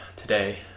today